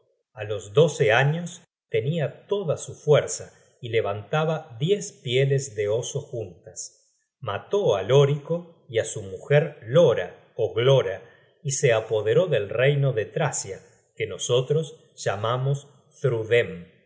a los doce años tenia toda su fuerza y levantaba diez pieles de oso juntas mató á lórico y á su mujer lora ó glora y se apoderó del reino de tracia que nosotros llamamos